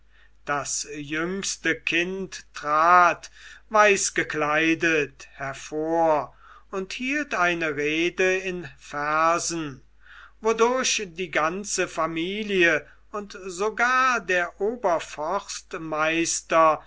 das jüngste kind trat weiß gekleidet hervor und hielt eine rede in versen wodurch die ganze familie und sogar der